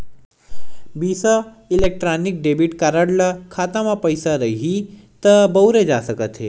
बिसा electronic debit card ल खाता म पइसा रइही त बउरे जा सकत हे